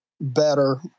better